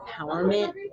empowerment